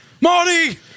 Marty